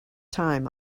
time